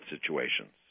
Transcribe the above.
situations